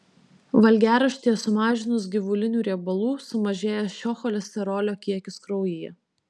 valgiaraštyje sumažinus gyvulinių riebalų sumažėja šio cholesterolio kiekis kraujyje